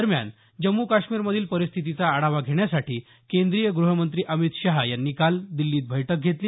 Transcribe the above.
दरम्यान जम्मू काश्मीरमधील परिस्थितीचा आढावा घेण्यासाठी केंद्रीय गृहमंत्री अमित शहा यांनी काल दिल्लीत बैठक घेतली